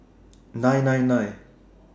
nine nine nine